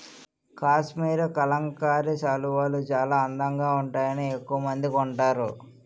కాశ్మరీ కలంకారీ శాలువాలు చాలా అందంగా వుంటాయని ఎక్కవమంది కొంటారు